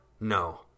No